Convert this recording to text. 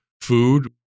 food